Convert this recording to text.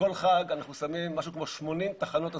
אנחנו שמים משהו כמו 80 תחנות הסברה,